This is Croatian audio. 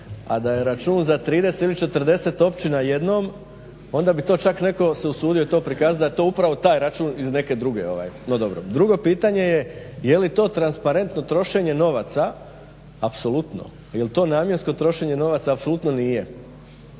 A da je račun za 30 ili 40 općina jednom, onda bi to čak netko se usudio to prikazati da je to upravo taj račun iz neke druge, no dobro. Drugo pitanje je, je li to transparentno trošenje novaca, apsolutno. Jer to namjensko trošenje novaca apsolutno nije.